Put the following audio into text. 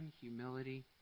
humility